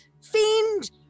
fiend